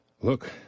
Look